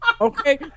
Okay